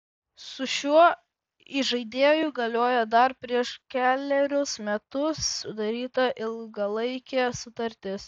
su šiuo įžaidėju galioja dar prieš kelerius metus sudaryta ilgalaikė sutartis